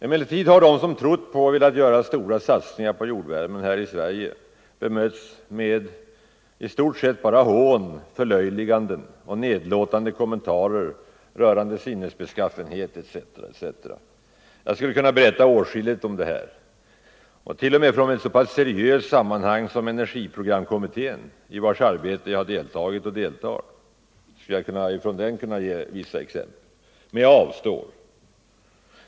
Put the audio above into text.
Emellertid har de som trott på och velat göra stora satsningar på jordvärmen här i Sverige i stort sett bara bemötts med hån, förlöjliganden och nedlåtande kommentarer rörande sinnesbeskaffenhet etc. Jag skulle kunna berätta åtskilligt om det. T. o. m. från ett så seriöst sammanhang som energiprogramkommittén, i vars arbete jag deltagit och deltar, skulle jag kunna ge sådana exempel. Men jag avstår.